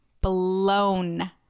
blown